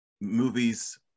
movies